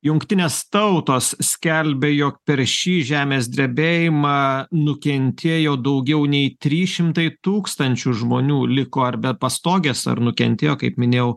jungtinės tautos skelbia jog per šį žemės drebėjimą nukentėjo daugiau nei trys šimtai tūkstančių žmonių liko ar be pastogės ar nukentėjo kaip minėjau